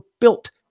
built